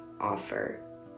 offer